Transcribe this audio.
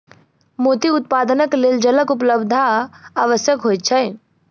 मोती उत्पादनक लेल जलक उपलब्धता आवश्यक होइत छै